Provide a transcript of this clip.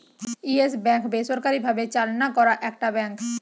yes Bank বেসরকারি ভাবে চালনা করা একটা ব্যাঙ্ক